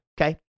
Okay